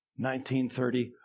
1930